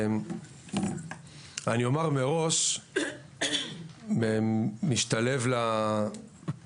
אני אומר משהו שמשתלב בדברים